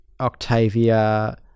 Octavia